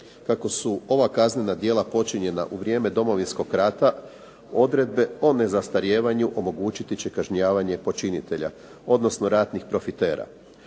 Kako su ova kaznena djela počinjena u vrijeme Domovinskog rata, odredbe o nezastarijevanju omogućiti će kažnjavanje počinitelja, odnosno ratnih profitera.